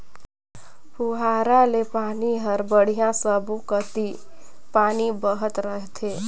पुहारा ले पानी हर बड़िया सब्बो कति पानी बहत रथे